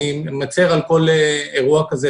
אני מצר על כל אירוע כזה,